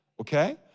okay